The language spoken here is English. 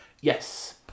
Yes